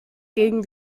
gegen